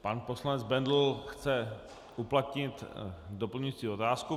Pan poslanec Bendl chce uplatnit doplňující otázku.